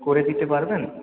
করে দিতে পারবেন